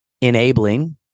enabling